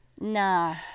Nah